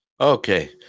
Okay